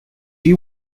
you